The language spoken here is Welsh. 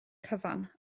cyfan